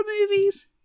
movies